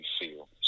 feel